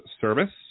service